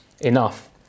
enough